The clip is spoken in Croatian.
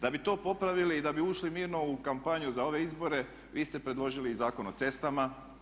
Da bi to popravili i da bi ušli mirno u kampanju za ove izbore vi ste predložili i Zakon o cestama.